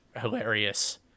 hilarious